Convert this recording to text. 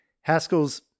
Haskell's